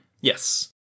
Yes